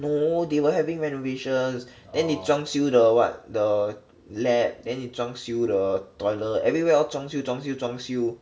no they were having renovations then they 装修 the what the lab then they 装修 the toilet everywhere all 装修装修 zhuang xiu